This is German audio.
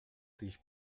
dich